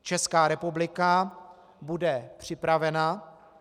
Česká republika bude připravena.